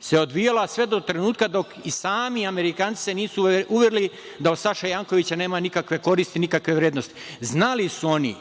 se odvijala sve do trenutka dok se i sami Amerikanci nisu uverili da od Saše Jankovića nema nikakve koristi, nikakve vrednosti. Znali su oni